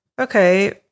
okay